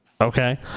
Okay